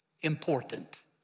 important